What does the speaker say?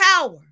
power